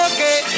Okay